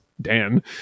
Dan